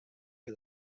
for